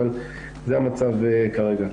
אבל זה המצב כרגע.